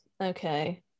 okay